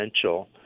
essential